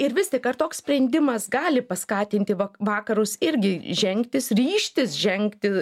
ir vis tik ar toks sprendimas gali paskatinti vakarus irgi žengti ryžtis žengti